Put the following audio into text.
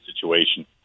situation